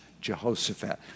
Jehoshaphat